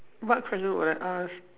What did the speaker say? what question would I ask